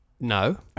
No